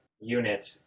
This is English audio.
unit